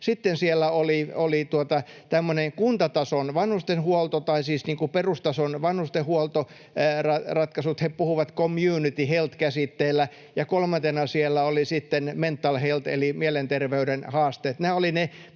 Sitten siellä olivat perustason vanhustenhuoltoratkaisut. He puhuvat ”community health” ‑käsitteellä. Ja kolmantena siellä oli sitten ”mental health” eli mielenterveyden haasteet.